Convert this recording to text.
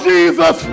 Jesus